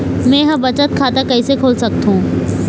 मै ह बचत खाता कइसे खोल सकथों?